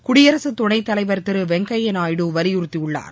குடியரசுத் துணைத் தலைவர் திரு வெங்கய்யா நாயுடு வலியுறுத்தியுள்ளார்